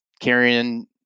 carrying